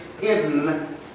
hidden